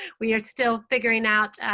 we're still figuring out